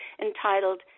entitled